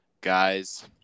guys